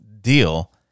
deal